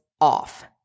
off